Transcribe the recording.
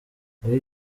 muri